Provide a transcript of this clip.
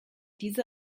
diese